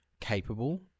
capable